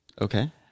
Okay